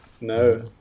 No